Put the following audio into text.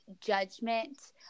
judgment